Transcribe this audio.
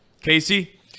Casey